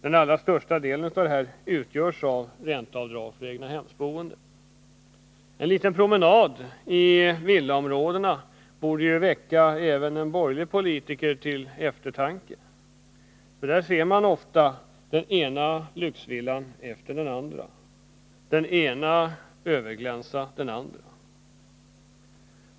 Den allra största delen av dessa utgörs av ränteavdrag för egnahemsboende. En liten promenad i villaområdena borde väcka även en borgerlig politiker till eftertanke. Där ser man ofta den ena lyxvillan efter den andra, och den ena överglänser den andra.